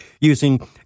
using